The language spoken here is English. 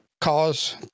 cause